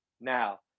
now